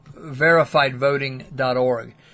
verifiedvoting.org